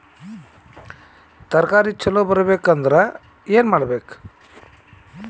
ತರಕಾರಿ ಛಲೋ ಬರ್ಬೆಕ್ ಅಂದ್ರ್ ಏನು ಮಾಡ್ಬೇಕ್?